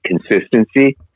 consistency